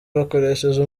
bakoresheje